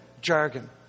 jargon